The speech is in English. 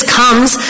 comes